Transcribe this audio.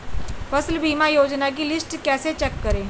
फसल बीमा योजना की लिस्ट कैसे चेक करें?